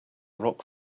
rock